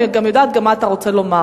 אני גם יודעת מה אתה רוצה לומר.